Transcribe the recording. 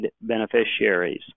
beneficiaries